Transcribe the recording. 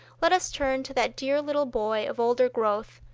let us turn to that dear little boy of older growth,